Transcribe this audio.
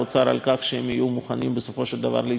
יהיו מוכנים בסופו של דבר להצטרף ולתמוך,